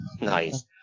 nice